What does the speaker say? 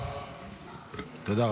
חצי משפחה,